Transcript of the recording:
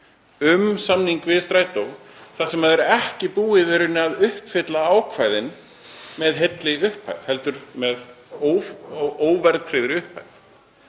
um samning við Strætó þar sem ekki er búið að uppfylla ákvæðin með heilli upphæð heldur með óverðtryggðri upphæð.